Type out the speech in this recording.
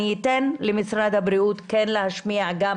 אני כן אתן למשרד הבריאות להשמיע גם